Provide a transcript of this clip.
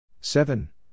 seven